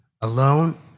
alone